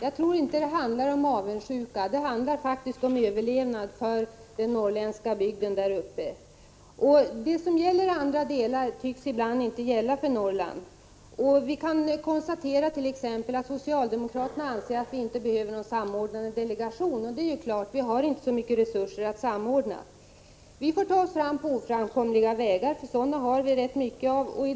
Herr talman! Det handlar inte om avundsjuka, utan det handlar om överlevnad för den norrländska bygden. Det som gäller för vissa delar av Sverige tycks ibland inte gälla för Norrland. Vi kan konstatera att socialdemokraterna t.ex. anser att det inte behövs någon samordnande delegation — vi har naturligtvis inte så mycket resurser att samordna. Vi får köra på oframkomliga vägar, som det finns rätt många av.